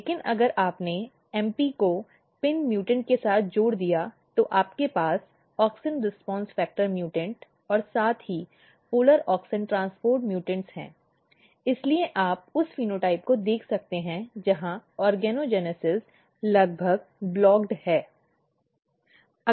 लेकिन अगर आपने mp को pin म्यूटेंट के साथ जोड़ दिया तो आपके पास ऑक्सिन प्रतिक्रिया फैक्टर म्यूटेंट और साथ ही पोलर ऑक्सिन ट्रांसपोर्ट म्यूटेंट है इसलिए आप उस फेनोटाइप को देख सकते हैं जहाँ ऑर्गोजेनेसिस लगभग अवरुद्ध है